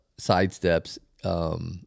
sidesteps